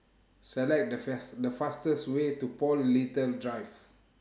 Select The fast The fastest Way to Paul Little Drive